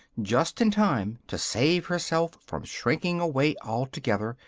just in time to save herself from shrinking away altogether,